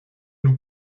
nous